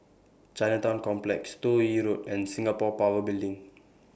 Chinatown Complex Toh Yi Road and Singapore Power Building